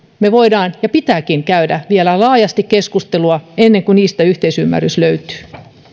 me voimme ja meidän pitääkin käydä vielä laajasti keskustelua ennen kuin niistä yhteisymmärrys löytyy